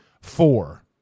Four